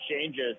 changes